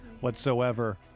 whatsoever